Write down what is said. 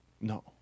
No